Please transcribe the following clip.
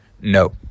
No